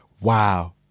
Wow